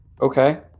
Okay